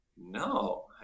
No